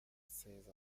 seize